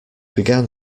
began